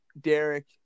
Derek